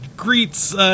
greets